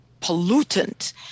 pollutant